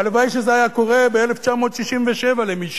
והלוואי שזה היה קורה ב-1967 למישהו,